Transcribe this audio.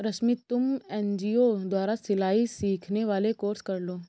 रश्मि तुम एन.जी.ओ द्वारा सिलाई सिखाने वाला कोर्स कर लो